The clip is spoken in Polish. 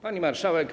Pani Marszałek!